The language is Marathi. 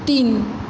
तीन